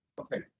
okay